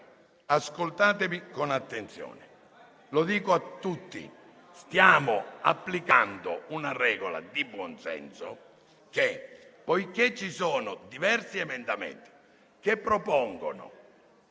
Ascoltatemi con attenzione, lo dico a tutti: stiamo applicando una regola di buonsenso che, poiché ci sono diversi emendamenti che propongono